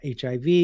HIV